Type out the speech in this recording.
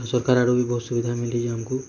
ଆଉ ସରକାର ଆଡୁ ବି ବହୁତ ସୁବିଧା ମିଲିଛେ ଆମକୁ